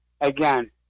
again